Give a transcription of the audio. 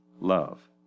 love